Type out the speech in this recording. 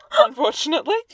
Unfortunately